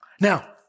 Now